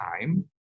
time